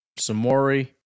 Samori